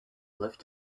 lived